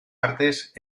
artes